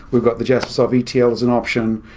we've got the jaspersoft etl as an option,